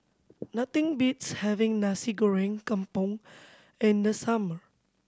nothing beats having Nasi Goreng Kampung in the summer